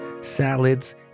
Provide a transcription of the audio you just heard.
salads